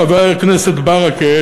חבר הכנסת ברכה,